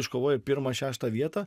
iškovojai pirmą šeštą vietą